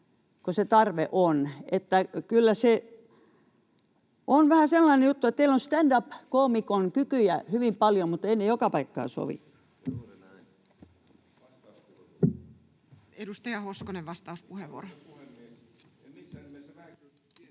kun se tarve on? Että kyllä se on vähän sellainen juttu, että teillä on stand up -koomikon kykyjä hyvin paljon, mutta ei se joka paikkaan sovi. Edustaja Hoskonen, vastauspuheenvuoro.